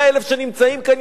100,000 שנמצאים כאן,